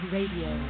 Radio